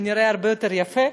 הוא נראה הרבה יותר יפה?